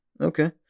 Okay